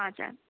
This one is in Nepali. हजुर